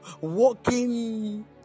walking